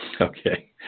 Okay